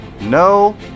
No